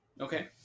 Okay